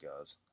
guys